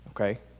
Okay